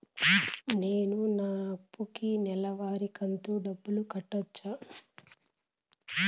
నేను నా అప్పుకి నెలవారి కంతు డబ్బులు కట్టొచ్చా?